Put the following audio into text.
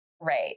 Right